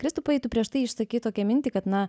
kristupai tu prieš tai išsakei tokią mintį kad na